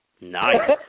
nice